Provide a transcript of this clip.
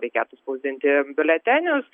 reikėtų spausdinti biuletenius